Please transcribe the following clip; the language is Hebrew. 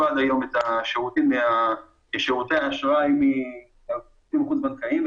עד היום את שירותי האשראי מגופים חוץ בנקאיים,